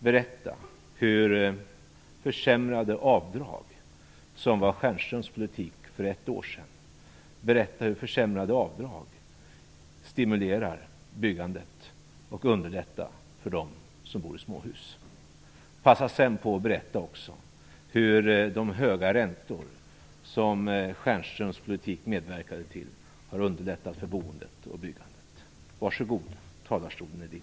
Berätta då hur försämrade avdrag, som ju var Stjernströms politik för ett år sedan, stimulerar byggandet och underlättar för dem som bor i småhus. Passa på att berätta också hur de höga räntor som Stjernströms politik medverkade till har underlättat för boendet och byggandet. Var så god och tala om det här i talarstolen!